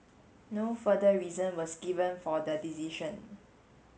no further reason was given for the decision